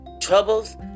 Troubles